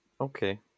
Okay